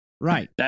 Right